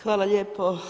Hvala lijepo.